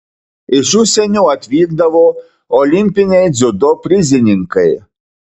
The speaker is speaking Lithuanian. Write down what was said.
iš užsienio atvykdavo olimpiniai dziudo prizininkai